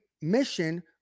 mission